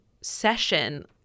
session